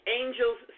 angels